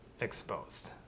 exposed